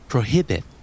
Prohibit